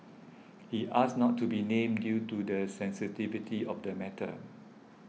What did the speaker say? he asked not to be named due to the sensitivity of the matter